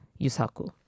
Yusaku